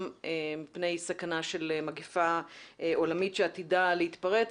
מפני סכנה של מגפה עולמית שעתידה להתפרץ,